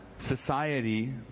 society